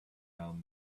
down